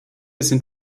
sind